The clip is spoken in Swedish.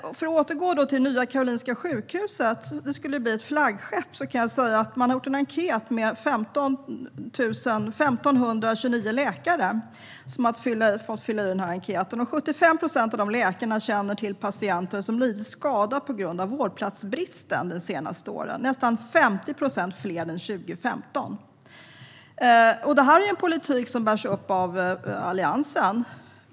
Låt mig återgå till Nya Karolinska Sjukhuset. Det skulle bli ett flaggskepp. 1 529 läkare har besvarat en enkät. 75 procent av läkarna känner till patienter som har lidit skada på grund av vårdplatsbristen de senaste åren. Det är nästan 50 procent fler än 2015. Det här är en politik som bärs upp av Alliansen.